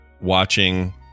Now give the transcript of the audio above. watching